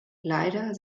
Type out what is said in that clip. leider